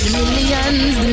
millions